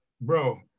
bro